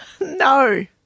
No